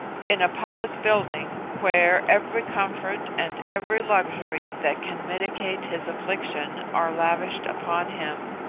in a public building, where every comfort and every luxury that can mitigate his affliction are lavished upon him.